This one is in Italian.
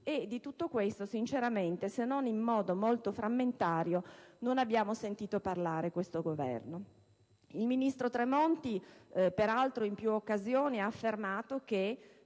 Di tutto ciò sinceramente, se non in modo molto frammentario, non abbiamo mai sentito parlare questo Governo. Il ministro Tremonti, peraltro in più occasioni, ha affermato che